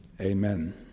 Amen